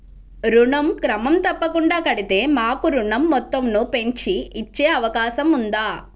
ఋణం క్రమం తప్పకుండా కడితే మాకు ఋణం మొత్తంను పెంచి ఇచ్చే అవకాశం ఉందా?